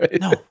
no